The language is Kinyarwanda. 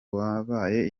wabaye